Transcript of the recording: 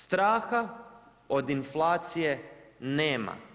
Straha od inflacije nema.